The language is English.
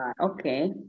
Okay